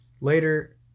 later